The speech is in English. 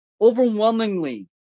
overwhelmingly